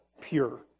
pure